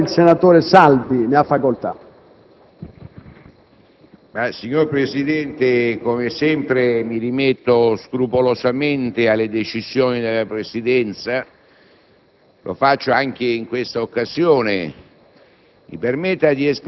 Signor Presidente, come sempre mi rimetto scrupolosamente alle decisioni della Presidenza.